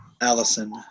Allison